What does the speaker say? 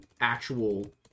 actual